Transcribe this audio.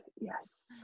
yes